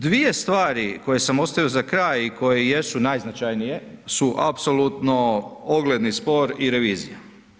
Dvije stvari koje sam ostavio za kraj i koje jesu najznačajnije su apsolutno ogledni spor i revizija.